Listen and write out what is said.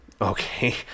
okay